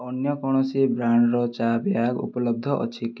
ଅନ୍ୟ କୌଣସି ବ୍ରାଣ୍ଡ୍ର ଚା ବ୍ୟାଗ୍ ଉପଲବ୍ଧ ଅଛି କି